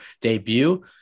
debut